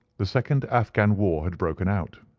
the second afghan war had broken out.